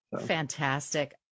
Fantastic